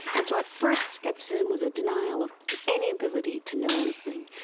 and so at first, skepticism was a denial of any ability to know anything.